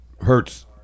hurts